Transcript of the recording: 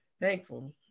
Thankful